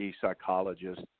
psychologist